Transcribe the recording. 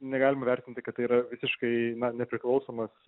negalima vertinti kad tai yra visiškai nepriklausomas